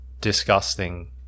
disgusting